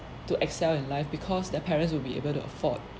to excel in life because their parents will be able to afford